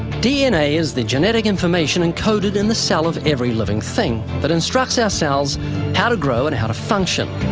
dna is the genetic information encoded in the cell of every living thing that instructs our cells how to grow and how to function.